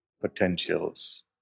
potentials